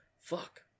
fuck